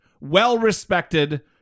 well-respected